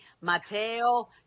Mateo